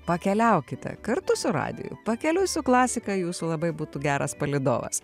pakeliaukite kartu suradę pakeliui su klasika jūsų labai būtų geras palydovas